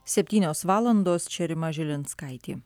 septynios valandos čia rima žilinskaitė